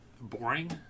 boring